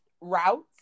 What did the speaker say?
routes